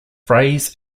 phrase